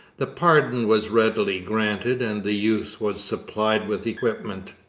the pardon was readily granted and the youth was supplied with equipment.